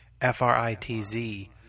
F-R-I-T-Z